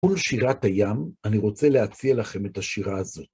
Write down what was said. מול שירת הים אני רוצה להציע לכם את השירה הזאת.